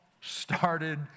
started